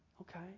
Okay